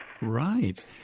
Right